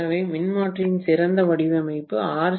எனவே மின்மாற்றியின் சிறந்த வடிவமைப்பு ஆர்